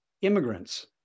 immigrants